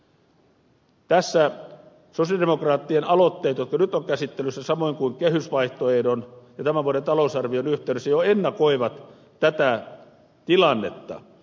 tässä sosialidemokraattien aloitteet jotka nyt ovat käsittelyssä samoin kuin kehysvaihtoehdon ja tämän vuoden talousarvion yhteydessä jo ennakoivat tätä tilannetta